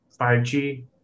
5G